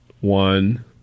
one